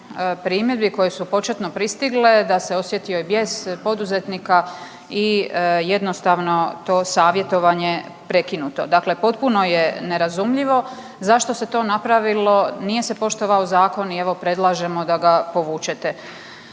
primjedbi koje su početno pristigle da se osjetio i bijes poduzetnika i jednostavno to je savjetovanje prekinuto. Dakle, potpuno je nerazumljivo zašto se to napravilo, nije se poštovao zakon i evo predlažemo da ga povučete.